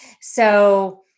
So-